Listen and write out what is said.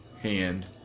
hand